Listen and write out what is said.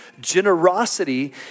Generosity